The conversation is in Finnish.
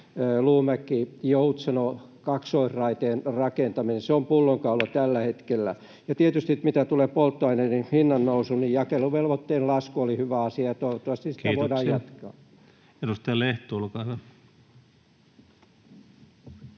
Luumäki—Joutsenon kaksoisraiteen rakentaminen. Se on pullonkaula tällä hetkellä. Ja tietysti mitä tulee polttoaineiden hinnannousuun, niin jakeluvelvoitteen lasku oli hyvä asia, ja toivottavasti sitä voidaan jatkaa. [Speech 506] Speaker: